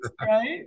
Right